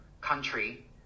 country